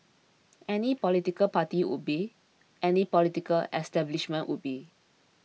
any political party would be any political establishment would be